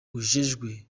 ujejwe